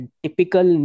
typical